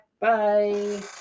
Bye